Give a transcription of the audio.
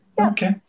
okay